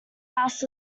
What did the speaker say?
house